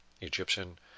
Egyptian